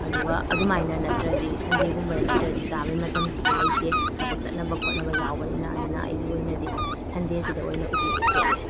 ꯑꯗꯨꯒ ꯑꯗꯨꯃꯥꯏꯅ ꯅꯠꯇ꯭ꯔꯗꯤ ꯁꯟꯗꯦꯒꯨꯝꯕꯗ ꯅꯠꯇ꯭ꯔꯗꯤ ꯆꯥꯕꯒꯤ ꯃꯇꯝꯗꯨꯁꯨ ꯂꯩꯇꯦ ꯊꯕꯛ ꯆꯠꯅꯕ ꯈꯣꯠꯅꯕ ꯌꯥꯎꯕꯅꯤꯅ ꯑꯗꯨꯅ ꯑꯩꯒꯤ ꯑꯣꯏꯅꯗꯤ ꯁꯟꯗꯦꯁꯤꯗ ꯑꯣꯏꯅ ꯎꯇꯤꯁꯦ ꯁꯦꯝꯃꯦ